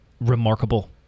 remarkable